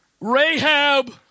Rahab